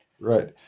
Right